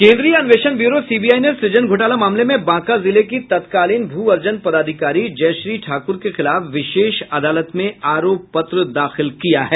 केन्द्रीय अन्वेषण bureau CBI ने सुजन घोटाला मामले में बांका जिले की तत्कालीन भू अर्जन पदाधिकारी जयश्री ठाकुर के खिलाफ विशेष अदालत में आरोप पत्र दाखिल किया है